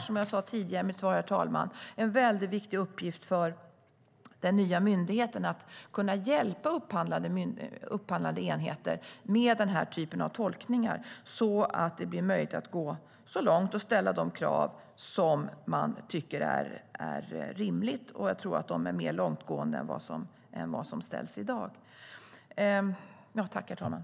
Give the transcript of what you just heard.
Som jag sa tidigare i mitt svar, herr talman, är det en väldigt viktig uppgift för den nya myndigheten att kunna hjälpa upphandlande enheter med den här typen av tolkningar så att det blir möjligt att gå så långt det går och ställa de krav som man tycker är rimliga. Jag tror att de kraven skulle vara mer långtgående än de krav som ställs i dag.